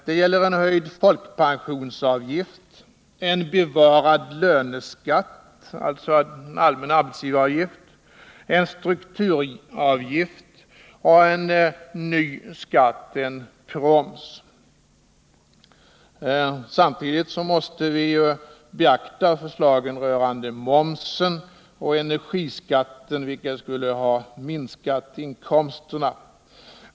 Det gäller en höjd folkpensionsavgift, en bevarad löneskatt — alltså en allmän arbetsgivaravgift —, en strukturavgift och en ny skatt, en proms. Samtidigt måste vi ju beakta förslagen rörande momsen och energiskatten, vilka skulle ha minskat inkomsterna.